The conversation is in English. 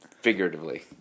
Figuratively